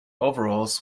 overalls